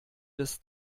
des